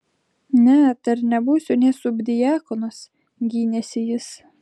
ne dar nebūsiu nė subdiakonas gynėsi jis